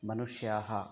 मनुष्याः